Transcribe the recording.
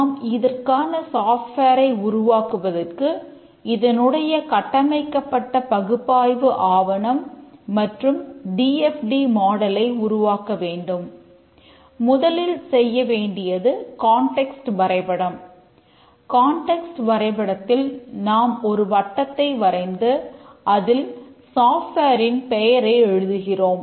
நாம் இதற்கான சாப்ட்வேரை பெயரை எழுதுகிறோம்